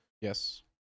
Yes